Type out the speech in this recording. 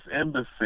embassy